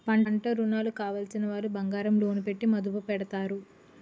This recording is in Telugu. పంటరుణాలు కావలసినవారు బంగారం లోను పెట్టి మదుపు పెడతారు